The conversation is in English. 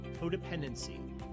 codependency